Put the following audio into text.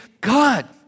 God